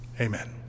Amen